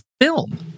film